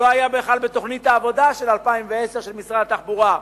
שלא היה בכלל בתוכנית העבודה של 2010 של משרד התחבורה,